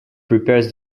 prepares